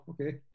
Okay